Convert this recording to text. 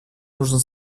нужно